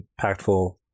impactful